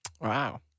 Wow